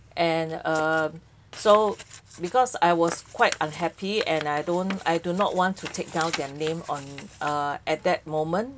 and err so because I was quite unhappy and I don't I do not want to take down their name on err at that moment